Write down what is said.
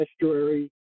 estuary